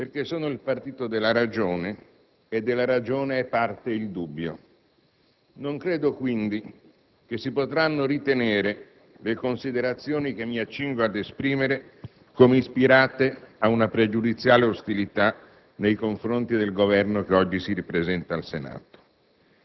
perché sono il partito della ragione, e della ragione è parte il dubbio. Non credo, quindi, che si potranno ritenere le considerazioni che mi accingo ad esprimere come ispirate da una pregiudiziale ostilità nei confronti del Governo che oggi si ripresenta al Senato.